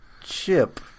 Chip